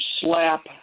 slap